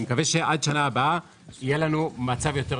אני מקווה שעד שנה הבאה יהיה לנו מצב טוב יותר.